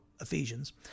Ephesians